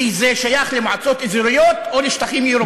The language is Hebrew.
כי זה שייך למועצות אזוריות או לשטחים ירוקים,